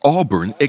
Auburn